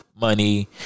money